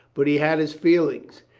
but he had his feelings.